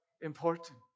important